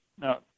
now